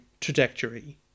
trajectory